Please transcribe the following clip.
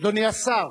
אדוני השר,